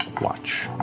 watch